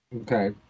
Okay